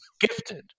gifted